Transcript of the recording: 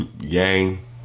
Yang